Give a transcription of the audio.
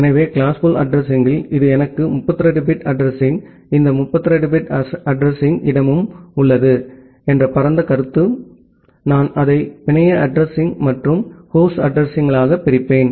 எனவே கிளாஸ்ஃபுல் அட்ரஸிங்யில் இது எனக்கு 32 பிட் அட்ரஸிங் இந்த 32 பிட் அட்ரஸிங்இடமும் உள்ளது என்ற பரந்த கருத்து நான் அதை பிணைய அட்ரஸிங்மற்றும் ஹோஸ்ட் அட்ரஸிங்யாக பிரிப்பேன்